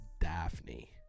Daphne